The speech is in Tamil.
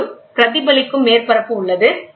மேலும் பிரதிபலிக்கும் மேற்பரப்பு உள்ளது